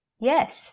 Yes